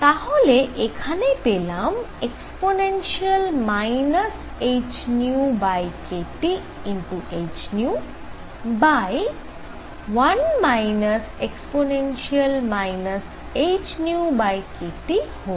তাহলে এখানে পেলাম e hνkThν 1 e hνkT2